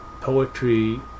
poetry